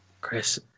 Chris